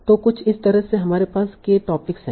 तो कुछ इस तरह से हमारे पास k टॉपिक्स हैं